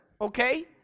okay